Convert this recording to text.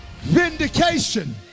Vindication